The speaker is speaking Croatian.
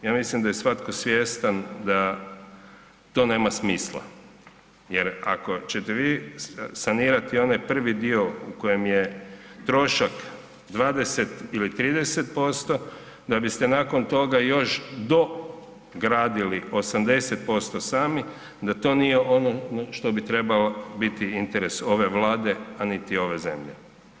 Ja mislim da je svatko svjestan da to nema smisla jer ako ćete vi sanirati onaj prvi dio u kojem je trošak 20 ili 30% da biste nakon toga još dogradili 80% sami, da to nije ono što bi trebalo biti interes ove Vlade, a niti ove zemlje.